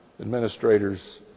administrators